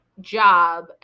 job